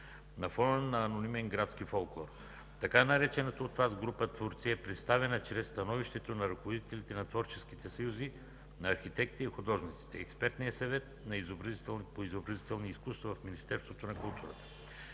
на фона на анонимен градски фолклор. Така наречената от Вас „група творци” е представена чрез становището на ръководителите на творческите съюзи на архитектите и художниците, Експертния съвет по изобразителни изкуства в Министерството на културата,